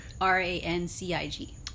R-A-N-C-I-G